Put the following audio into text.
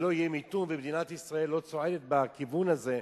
שלא יהיה מיתון ומדינת ישראל לא צועדת בכיוון הזה,